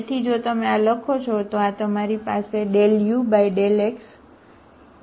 તેથી જો તમે આ લખો છો તો આ તમારી પાસે ∂u∂x હોય છે